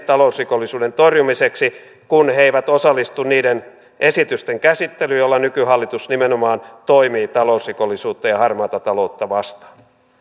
talousrikollisuuden torjumiseksi kun he he eivät osallistu niiden esitysten käsittelyyn joilla nykyhallitus nimenomaan toimii talousrikollisuutta ja ja harmaata taloutta vastaan